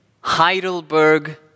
Heidelberg